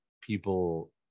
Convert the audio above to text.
people